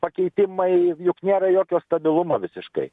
pakeitimai juk nėra jokio stabilumo visiškai